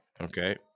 Okay